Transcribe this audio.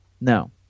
no